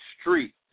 street